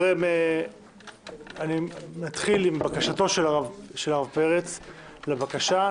אני מתחיל עם בקשתו של הרב פרץ לבקשה.